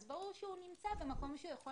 אז ברור שהוא נמצא במקום שהוא יכול